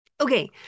okay